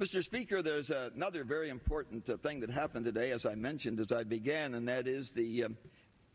mr speaker there's another very important thing that happened today as i mentioned as i began and that is the